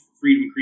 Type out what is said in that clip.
freedom